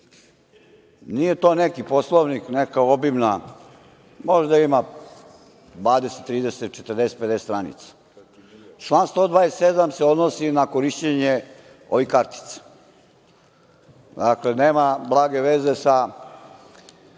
Nije to neki Poslovnik, neka obimna, možda ima 20, 30, 40, 50 stranica. Član 127. se odnosi na korišćenje ovih kartica. Dakle, nema blage veze sa